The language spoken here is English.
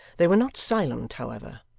they were not silent, however,